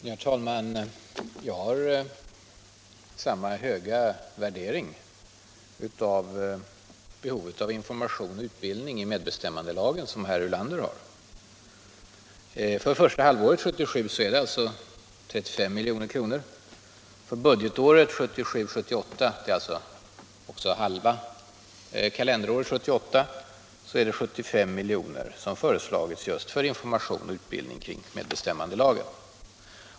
Herr talman! Jag har samma höga värdering av behovet av information och utbildning beträffande medbestämmandelagen som herr Ulander har. För första halvåret 1977 föreslås alltså ett anslag på 35 milj.kr. För budgetåret 1977/78 — alltså även halva kalenderåret 1978 — föreslås 75 milj.kr. just för information och utbildning kring medbestämmandelagen.